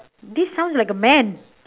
this sounds like a man